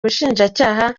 ubushinjacyaha